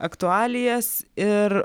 aktualijas ir